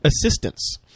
Assistance